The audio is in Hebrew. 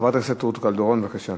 חברת הכנסת רות קלדרון, בבקשה.